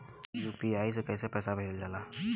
UPI से कइसे पैसा भेजल जाला?